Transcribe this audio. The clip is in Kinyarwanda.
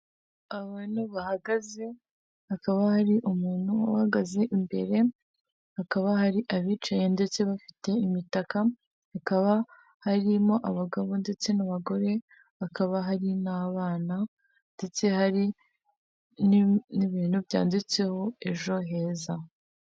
Abantu bahagaze hakaba hari umuntu uhagaze imbere, hakaba hari abicaye ndetse bafite imitaka, bikaba hari irimo abagabo ndetse n'abagore, hakaba hari n'abana ndetse hari n'ibintu byanditseho ejo heza.